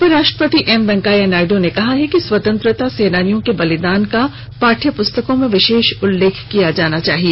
उपराष्ट्रपति एम वेंकैया नायड् ने कहा है कि स्वतंत्रता सेनानियों के बलिदान का पाठ्य पुस्तकों में विशेष उल्लेख किया जाना चाहिए